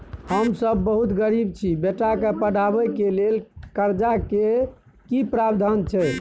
हम सब बहुत गरीब छी, बेटा के पढाबै के लेल कर्जा के की प्रावधान छै?